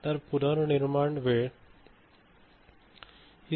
तर पुनर्निर्माण हि समस्या असू शकते